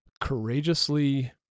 courageously